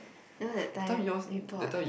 so that time we bought